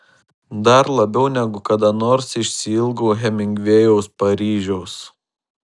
dar labiau negu kada nors išsiilgau hemingvėjaus paryžiaus